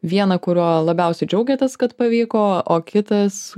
vieną kuriuo labiausiai džiaugiatės kad pavyko o kitas